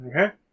Okay